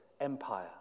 Empire